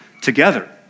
together